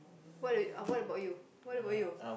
what if what about you what about you